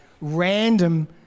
random